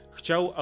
Chciał